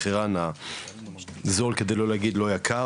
מכירה זול כדי לא להגיד לא יקר,